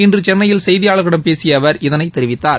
இன்று சென்னையில் செய்தியாளர்களிடம் பேசிய அவர் இதனைத் தெரிவித்தார்